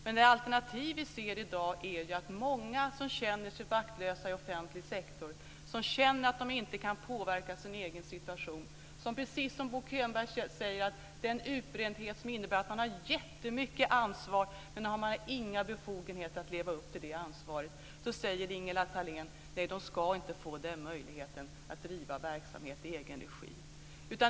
Men det alternativ vi ser i dag är att många känner sig maktlösa i offentlig sektor och att de inte kan påverka sin egen situation. Det är, precis som Bo Könberg säger, den utbrändhet som innebär att man har jättemycket ansvar men inga befogenheter att leva upp till det ansvaret. Då säger Ingela Thalén att de inte ska få möjlighet att driva verksamhet i egen regi.